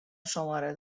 شماره